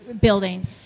building